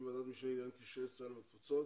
הקמת ועדת משנה לפי סעיף 109 לתקנון הכנסת.